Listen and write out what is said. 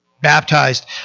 baptized